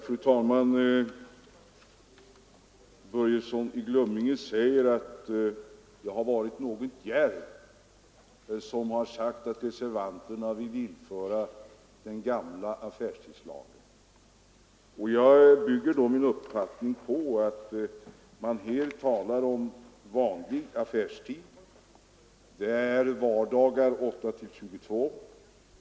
Fru talman! Herr Börjesson i Glömminge säger att jag har varit något djärv som har sagt att reservanterna vill återinföra den gamla affärstidslagen. Jag bygger min uppfattning på att man här talar om vanlig affärstid, vardagar kl. 8—22.